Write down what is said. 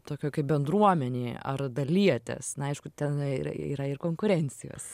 tokioj kaip bendruomenėj ar dalyjatės na aišku ten ir yra ir konkurencijos